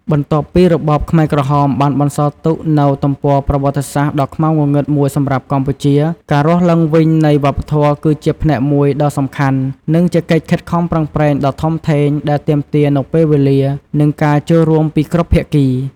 បន្ទាប់ពីរបបខ្មែរក្រហមបានបន្សល់ទុកនូវទំព័រប្រវត្តិសាស្ត្រដ៏ខ្មៅងងឹតមួយសម្រាប់កម្ពុជា ការរស់ឡើងវិញនៃវប្បធម៌គឺជាផ្នែកមួយដ៏សំខាន់ និងជាកិច្ចខិតខំប្រឹងប្រែងដ៏ធំធេងដែលទាមទារនូវពេលវេលា និងការចូលរួមពីគ្រប់ភាគី។